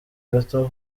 gato